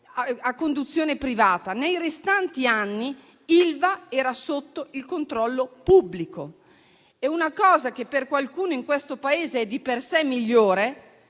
a conduzione privata; nei restanti, Ilva era sotto il controllo pubblico e una cosa che per qualcuno in questo Paese è di per sé migliore,